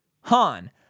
Han